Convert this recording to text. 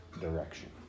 direction